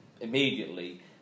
immediately